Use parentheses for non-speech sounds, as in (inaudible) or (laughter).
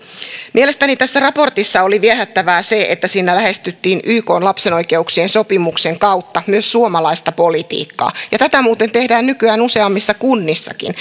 mielestäni tässä raportissa oli viehättävää se että siinä lähestyttiin ykn lapsen oikeuksien sopimuksen kautta myös suomalaista politiikkaa tätä muuten tehdään nykyään useammissa kunnissakin (unintelligible)